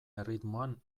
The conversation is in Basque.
erritmoan